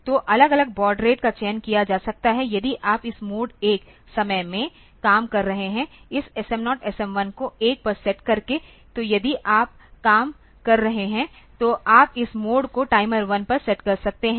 तो अलग अलग बॉड रेट का चयन किया जा सकता है यदि आप इस मोड 1 समय में काम कर रहे हैं इस SM0 SM1 को 1 पर सेट करके तो यदि आप काम कर रहे हैं तो आप इस मोड को टाइमर 1 पर सेट कर सकते हैं